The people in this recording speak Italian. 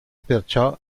perciò